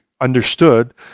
understood